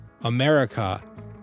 America